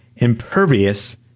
impervious